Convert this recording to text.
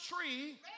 tree